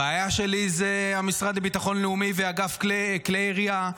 הבעיה שלי זה המשרד לביטחון לאומי ואגף כלי הירייה.